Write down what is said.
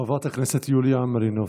חברת הכנסת יוליה מלינובסקי,